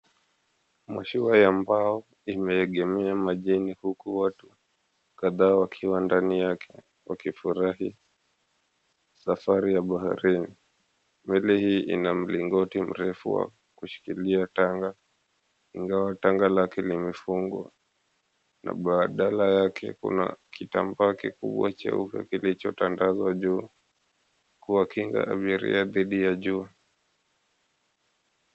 Mashua ya mbao imeegemea majini huku watu kadhaa wakiwa ndani yake wakifurahi safari ya baharini. Meli hii ina mlingoti mrefu wa kushikilia tanga ingawa tanga lake limefungwa na badala yake kuna kitambaa kikubwa cheupe kilichotandazwa juu kuwakinga abiria dhidi ya jua.